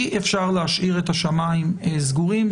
אי אפשר להשאיר את השמיים סגורים,